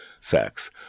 sex